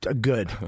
good